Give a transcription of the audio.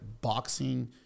boxing